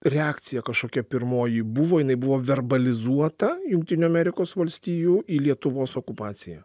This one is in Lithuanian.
reakcija kažkokia pirmoji buvo jinai buvo verbalizuota jungtinių amerikos valstijų į lietuvos okupaciją